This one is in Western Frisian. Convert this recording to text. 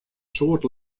soad